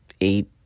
eight